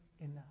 enough